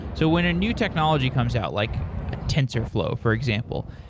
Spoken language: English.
so when a new technology comes out, like ah tensorflow, for example,